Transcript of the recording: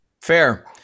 Fair